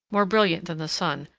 more brilliant than the sun,